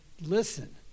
Listen